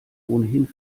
ohnehin